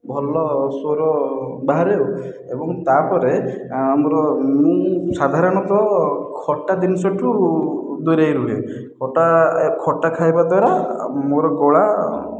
ଭଲ ସ୍ଵର ବାହାରେ ଆଉ ଏବଂ ତାପରେ ଆମର ମୁଁ ସାଧାରଣତଃ ଖଟା ଜିନିଷ ଠାରୁ ଦୁରେଇ ରୁହେ ଖଟା ଖଟା ଖାଇବା ଦ୍ଵାରା ମୋର ଗଳା